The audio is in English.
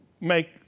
make